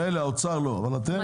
מילא האוצר לא, אבל אתם?